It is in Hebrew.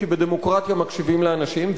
בדמוקרטיה מקשיבים לאנשים,